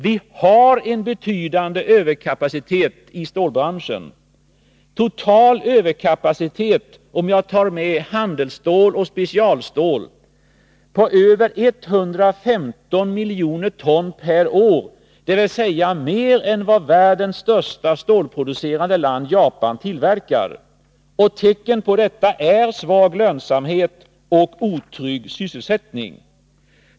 Det finns en betydande överkapacitet i stålbranschen, en total överkapacitet, om jag tar med handelsstål och specialstål, på över 115 miljoner ton per år, dvs. mer än vad världens största stålproducerande land, nämligen Japan, tillverkar. Tecken på detta är svag lönsamhet och otrygg sysselsättning.